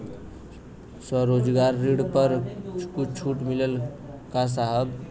स्वरोजगार ऋण पर कुछ छूट मिलेला का साहब?